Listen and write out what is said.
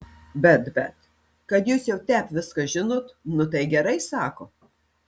bet bet kad jūs jau tep viską žinot nu tai gerai sako